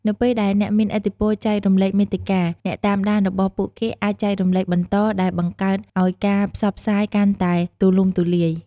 នៅពេលដែលអ្នកមានឥទ្ធិពលចែករំលែកមាតិកា អ្នកតាមដានរបស់ពួកគេអាចចែករំលែកបន្ត ដែលបង្កើតឲ្យការផ្សព្វផ្សាយកាន់តែទូលំទូលាយ។